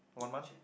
one month